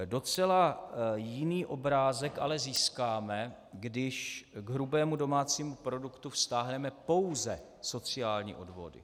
Docela jiný obrázek ale získáme, když k hrubému domácímu produktu vztáhneme pouze sociální odvody.